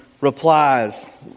replies